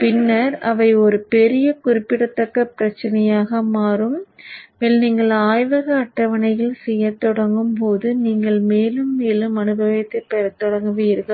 பின்னர் அவை ஒரு பெரிய குறிப்பிடத்தக்க பிரச்சனையாக மாறும் மேலும் நீங்கள் ஆய்வக அட்டவணையில் செய்யத் தொடங்கும் போது நீங்கள் மேலும் மேலும் அனுபவத்தைப் பெறத் தொடங்குவீர்கள்